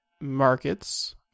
markets